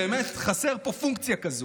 באמת חסרה פה פונקציה כזאת.